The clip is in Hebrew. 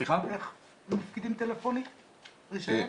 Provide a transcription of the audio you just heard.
אז איך מפקידים טלפונית רישיון?